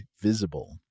Visible